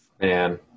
Man